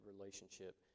relationship